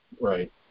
right